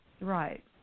right